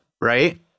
right